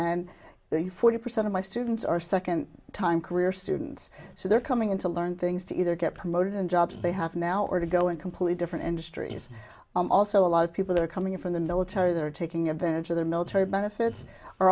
and the forty percent of my students are second time career students so they're coming in to learn things to either get promoted in jobs they have now or to go in completely different industries also a lot of people are coming in from the military that are taking advantage of the military benefits